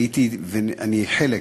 הייתי ואני חלק